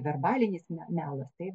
verbalinis me melas taip